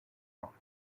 rock